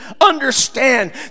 Understand